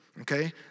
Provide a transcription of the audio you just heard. Okay